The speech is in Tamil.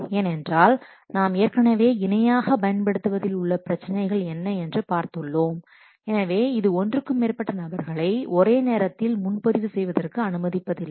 ஏனென்றால் நாம் ஏற்கனவே இணையாக பயன்படுத்துவதில் உள்ள பிரச்சினைகள் என்ன என்று பார்த்துள்ளோம் எனவே இது ஒன்றுக்கு மேற்பட்ட நபர்களை ஒரே நேரத்தில் முன்பதிவு செய்வதற்கு அனுமதிப்பதில்லை